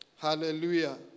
Hallelujah